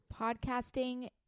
Podcasting